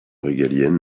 régalienne